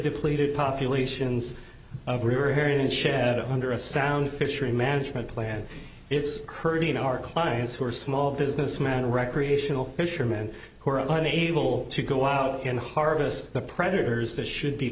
depleted populations of rearing shed under a sound fishery management plan it's hurting our clients who are small businessman recreational fishermen who are unable to go out and harvest the predators that should be